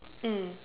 mm